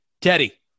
Teddy